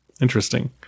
Interesting